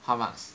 how much